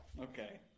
Okay